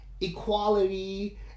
equality